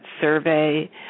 survey